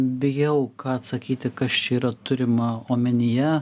bijau ką atsakyti kas čia yra turima omenyje